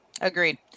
Agreed